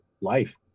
life